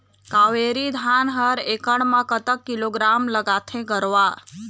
कावेरी धान हर एकड़ म कतक किलोग्राम लगाथें गरवा?